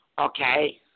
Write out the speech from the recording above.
Okay